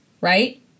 right